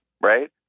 right